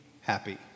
happy